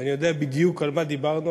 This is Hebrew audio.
ואני יודע בדיוק על מה דיברנו,